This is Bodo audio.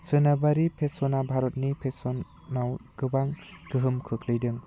सोनाबारि फेशना भारतनि फेशनाव गोबां गोहोम खोख्लैदों